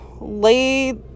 lay